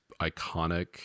iconic